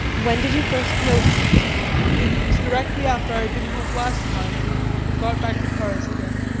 when did you first notice it it was directly after i had been home last time, and had got back to paris again.